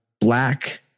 black